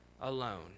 alone